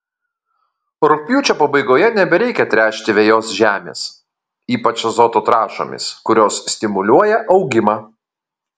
rugpjūčio pabaigoje nebereikia tręšti vejos žemės ypač azoto trąšomis kurios stimuliuoja augimą